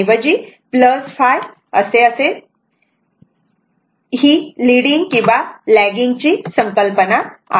तेव्हा अशीही लीडिंग किंवा लॅगिंग ची संकल्पना आहे